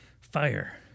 fire